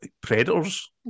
predators